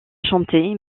chanter